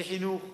בחינוך,